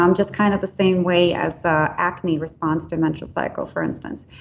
um just kind of the same way as acne responds to a menstrual cycle, for instance.